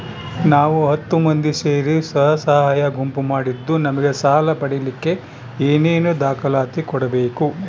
ನಾವು ಹತ್ತು ಮಂದಿ ಸೇರಿ ಸ್ವಸಹಾಯ ಗುಂಪು ಮಾಡಿದ್ದೂ ನಮಗೆ ಸಾಲ ಪಡೇಲಿಕ್ಕ ಏನೇನು ದಾಖಲಾತಿ ಕೊಡ್ಬೇಕು?